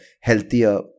healthier